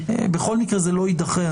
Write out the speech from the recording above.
בכל מקרה זה לא יידחה.